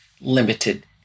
limited